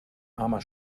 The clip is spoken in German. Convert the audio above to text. armer